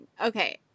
Okay